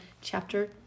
chapter